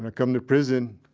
and come to prison,